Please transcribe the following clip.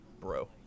bro